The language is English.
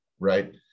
Right